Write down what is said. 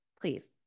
Please